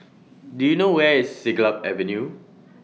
Do YOU know Where IS Siglap Avenue